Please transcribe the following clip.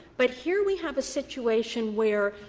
but here we have a situation where,